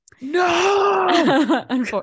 No